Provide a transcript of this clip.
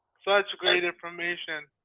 such great information.